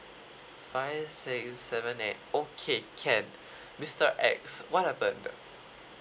five six seven eight okay can mister start X what happened